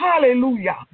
Hallelujah